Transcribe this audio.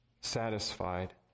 satisfied